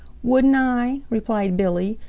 wouldn't i? replied billy.